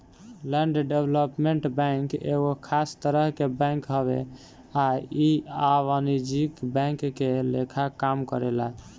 land development bank एगो खास तरह के बैंक हवे आ इ अवाणिज्यिक बैंक के लेखा काम करेला